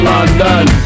London